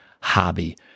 hobby